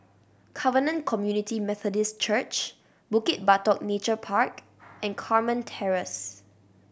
Covenant Community Methodist Church Bukit Batok Nature Park and Carmen Terrace